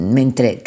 mentre